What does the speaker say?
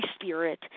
spirit